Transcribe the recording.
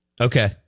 Okay